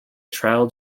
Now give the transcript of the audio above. trial